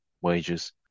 wages